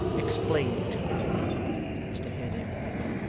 explain it said mr haredale at length.